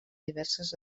diverses